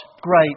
great